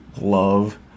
love